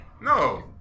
No